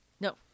No